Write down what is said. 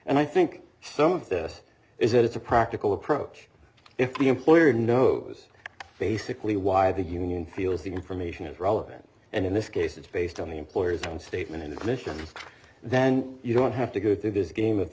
and i think some of this is that it's a practical approach if the employer knows basically why the union feels the information is relevant and in this case it's based on the employer's statement in the commission then you don't have to go through this game of the